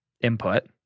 input